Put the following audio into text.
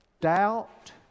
Doubt